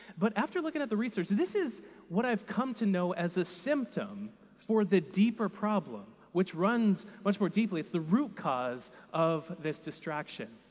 but after looking at the research, this is what i've come to know as a symptom for the deeper problem, which runs much more deeply it's the root cause of this distraction.